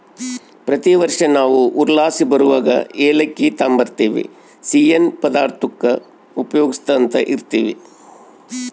ಪ್ರತಿ ವರ್ಷ ನಾವು ಊರ್ಲಾಸಿ ಬರುವಗ ಏಲಕ್ಕಿ ತಾಂಬರ್ತಿವಿ, ಸಿಯ್ಯನ್ ಪದಾರ್ತುಕ್ಕ ಉಪಯೋಗ್ಸ್ಯಂತ ಇರ್ತೀವಿ